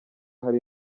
hari